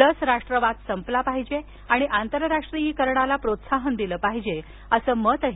लस राष्ट्रवाद संपला पाहिजे आणि आंतरराष्ट्रीयीकरणाला प्रोत्साहन दिलं पाहिजे असंही मत